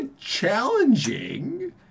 challenging